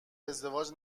ازدواج